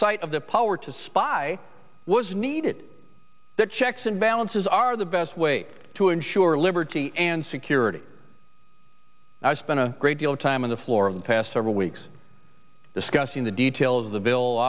site of the power to spy was needed that checks and balances are the best way to ensure liberty and security i spent a great deal of time on the floor of the past several weeks discussing the details of the bill